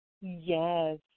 Yes